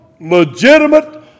legitimate